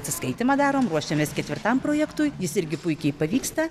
atsiskaitymą darom ruošiamės ketvirtam projektui jis irgi puikiai pavyksta